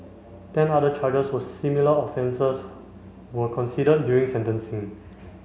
ten other charges for similar offences were considered during sentencing